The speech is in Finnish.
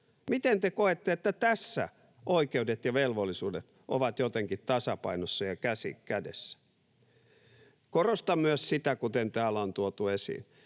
Miten te koette, että tässä oikeudet ja velvollisuudet ovat jotenkin tasapainossa ja käsi kädessä? Korostan myös sitä, kuten täällä on tuotu esiin,